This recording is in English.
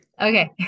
Okay